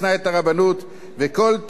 וכל תורה שאין עמה מלאכה,